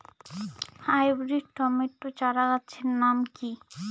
Hybrid tomato চারাগাছের নাম কি?